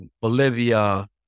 Bolivia